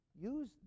use